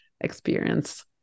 experience